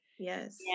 Yes